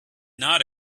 not